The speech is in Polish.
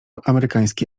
amerykański